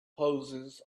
hoses